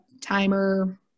timer